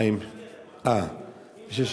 לא מתנגד.